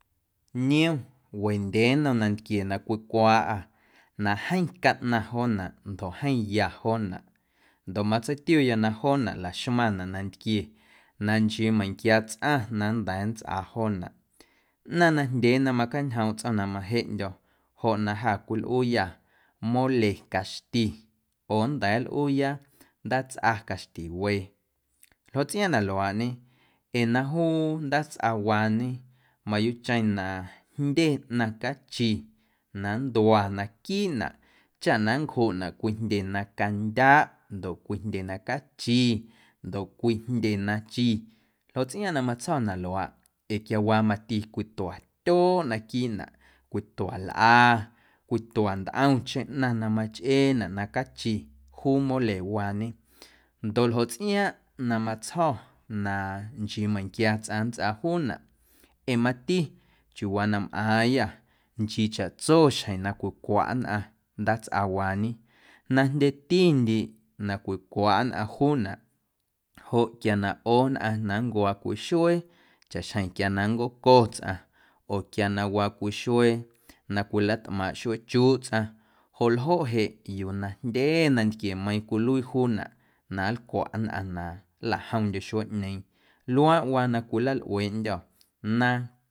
Niom wendyee nnom nantquie na cwicwaaꞌâ na jeeⁿ caꞌnaⁿ joonaꞌ ndoꞌ jeeⁿ ya joonaꞌ ndoꞌ matseitiuya na joonaꞌ laxmaⁿnaꞌ nantquie na nchii meiⁿnquia tsꞌaⁿ na nnda̱a̱ nntsꞌaa joonaꞌ ꞌnaⁿ najndyee na macañjoomꞌ tsꞌo̱o̱ⁿ na majeꞌndyo̱ na ja cwilꞌuuyâ mole caxti oo nnda̱a̱ nlꞌuuya ndaatsꞌa caxti wee ljoꞌ tsꞌiaaⁿꞌ na luaaꞌñe ee na juu ndaatsꞌawaañe mayuuꞌcheⁿ na jndye ꞌnaⁿ cachi na nntua naquiiꞌnaꞌ chaꞌ na nncjuꞌnaꞌ cwii jndye na candyaꞌ ndoꞌ cwii jndye na cachi ndoꞌ cwii jndye na chi ljoꞌ tsꞌiaaⁿꞌ na matsjo̱ na luaaꞌ ee quiawaa mati cwitua tyooꞌ naquiiꞌnaꞌ, cwitua lꞌa, cwitua ntꞌomcheⁿ ꞌnaⁿ na machꞌeenaꞌ na cachi juu molewaañe ndoꞌ ljoꞌ tsꞌiaaⁿꞌ na matsjo̱ na nchii meiⁿnquia nntsꞌaa juunaꞌ ee mati chiuuwaa na mꞌaaⁿyâ nchii chaꞌtso xjeⁿ na cwicwaꞌ nnꞌaⁿ ndaatsꞌawaañe na jndyetindiiꞌ na cwicwaꞌ nnꞌaⁿ juunaꞌ joꞌ quia na ꞌoo nnꞌaⁿ na nncwaa cwii xuee chaꞌxjeⁿ quia na nncoco tsꞌaⁿ oo quia na waa cwii xuee na cwilatꞌmaaⁿꞌ xueechuuꞌ tsꞌaⁿ joꞌ ljoꞌ jeꞌ yuu na jndye nantquiemeiiⁿ cwiluii juunaꞌ na nlcwaꞌ nnꞌaⁿ na nlajomndye xueeꞌñeeⁿ luaaꞌwaa na cwilalꞌueeꞌndyô̱ naaⁿ.